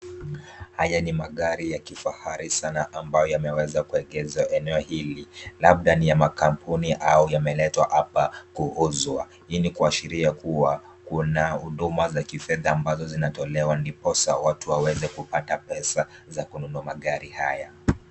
Haya ni magari ya kifahari sana ambayo yameweza kueegezwa eneo hili. Labda ni ya makampuni au yameletwa hapa kuuzwa. Hii ni kuashiria kuwa kuna huduma za kifedha ambazo zinatolewa diposa watu waweze kupata pesa za kununua magari haya.